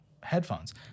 headphones